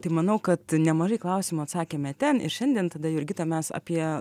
tai manau kad nemažai klausimų atsakėme ten ir šiandien tada jurgita mes apie